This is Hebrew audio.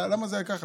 למה זה ככה?